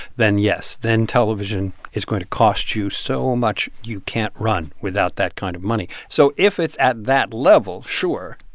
then yes, then television is going to cost you so much you can't run without that kind of money. so if it's at that level, sure,